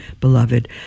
beloved